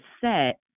set